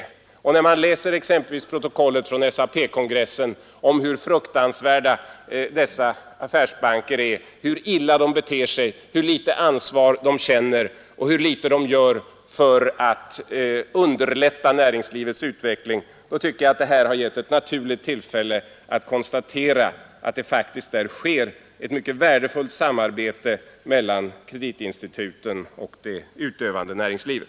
Med tanke på vad man kan läsa exempelvis i protokollet från SAP-kongressen om hur fruktansvärda dessa affärsbanker är, hur illa de beter sig, hur litet ansvar de känner och hur litet de gör för att underlätta näringslivets utveckling tycker jag, att detta är ett naturligt tillfälle att konstatera, att det faktiskt bedrivs ett mycket värdefullt samarbete mellan kreditinstituten och det utövande näringslivet.